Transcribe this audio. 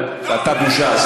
אתה בושה.